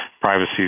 privacy